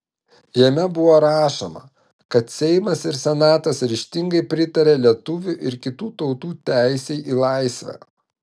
jame buvo rašoma kad seimas ir senatas ryžtingai pritaria lietuvių ir kitų tautų teisei į laisvę